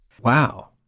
Wow